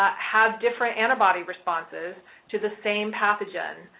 have different antibody responses to the same pathogen.